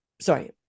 Sorry